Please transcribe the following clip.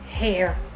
hair